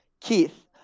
Keith